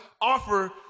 offer